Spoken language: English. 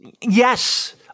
Yes